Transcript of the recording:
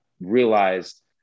realized